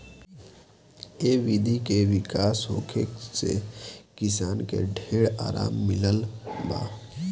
ए विधि के विकास होखे से किसान के ढेर आराम मिलल बा